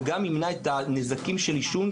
וגם ימנע את הנזקים של העישון,